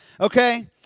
Okay